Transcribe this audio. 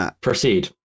proceed